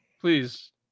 Please